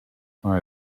are